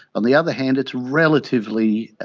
on the other hand it's relatively